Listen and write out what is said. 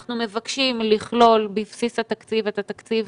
אנחנו מבקשים לכלול בבסיס התקציב את התקציב